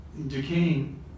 decaying